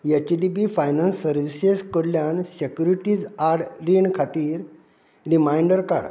H D B finance services कडल्यान securities आड रीण खातीर रिमांयडर काड